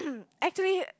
actually